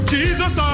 Jesus